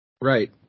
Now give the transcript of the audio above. Right